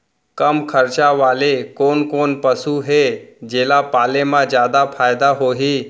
कम खरचा वाले कोन कोन पसु हे जेला पाले म जादा फायदा होही?